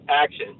action